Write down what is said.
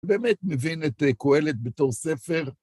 באמת מבין את קהלת בתור ספר